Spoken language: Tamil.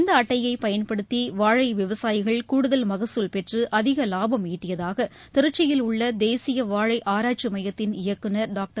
இந்த அட்டையை பயன்படுத்தி வாழை விவசாயிகள் கூடுதல் மகசூல் பெற்று அதிக இலாபம் ஈட்டியதாக திருச்சியில் உள்ள தேசிய வாழை ஆராய்ச்சி எமயத்தின் இயக்குநர் டாக்டர்